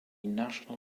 national